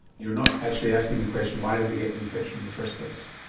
you're not actually asking the question why did they get the infection in the first place.